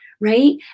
right